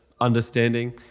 understanding